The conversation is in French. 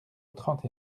trente